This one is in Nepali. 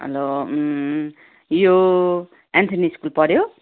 हेलो यो एन्थनी स्कुल पर्यो